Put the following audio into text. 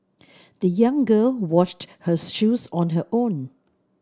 the young girl washed her shoes on her own